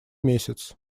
месяц